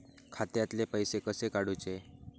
खात्यातले पैसे कसे काडूचे?